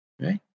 Right